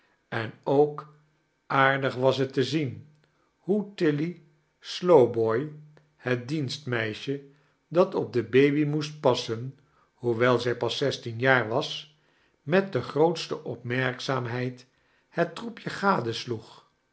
en ook aarddg was het te zien hoe tilly slowboy het dienstmeisje dat op de baby moest passem hoewel zij pas zestien jaar was met de grootete opmerkzaamiheid het troepje